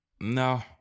No